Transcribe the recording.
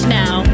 now